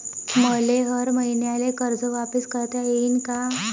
मले हर मईन्याले कर्ज वापिस करता येईन का?